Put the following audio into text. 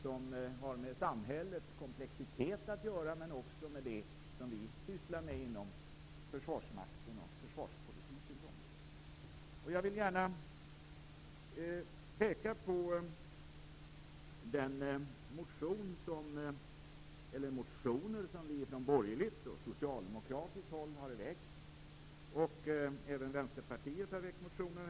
Den har med samhällets komplexitet att göra, men också med det som vi sysslar med på försvarsmaktens och försvarspolitikens område. Jag vill gärna peka på de motioner som vi både från borgerligt och socialdemokratiskt håll har väckt, och även Vänsterpartiet har väckt motioner.